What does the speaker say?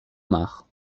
marre